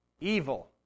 evil